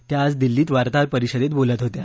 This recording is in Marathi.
त्या आज दिल्लीत वार्ताहर परिषदेत बोलत होत्या